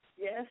Yes